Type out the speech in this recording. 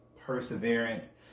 perseverance